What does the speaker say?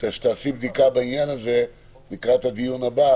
שתעשי בדיקה בעניין הזה לקראת הדיון הבא,